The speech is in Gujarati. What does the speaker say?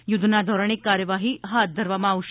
યુધ્ધના ધોરણે કાર્યવાઠી હાથ ધરવામાં આવશે